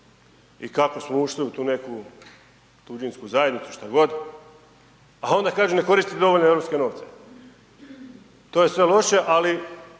i kako smo ušli u tu neku tuđinsku zajednicu, štogod, a onda kaže ne koristi dovoljno europske novce. To je sve loše ali